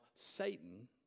Satan